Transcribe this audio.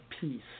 peace